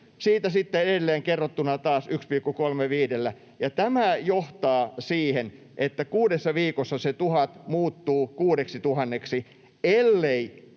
siitä sitten edelleen kerrottuna taas 1,35:llä, ja tämä johtaa siihen, että kuudessa viikossa se 1 000 muuttuu 6 000:ksi, elleivät